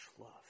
love